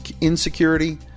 insecurity